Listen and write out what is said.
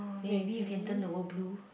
maybe you can turn the world blue